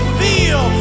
feel